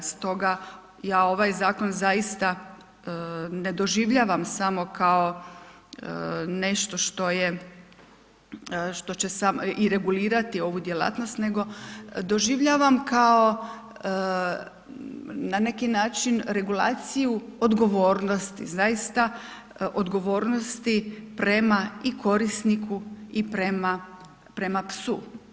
Stoga, ja ovaj zakon zaista ne doživljavam samo kao nešto što je, što će regulirati ovu djelatnost, nego doživljavam kao na neki način regulaciju odgovornosti, zaista odgovornosti prema i korisniku i prema psu.